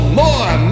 more